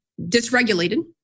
dysregulated